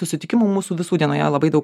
susitikimų mūsų visų dienoje labai daug